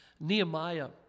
Nehemiah